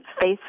face